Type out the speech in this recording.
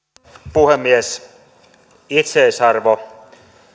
puhemies itseisarvo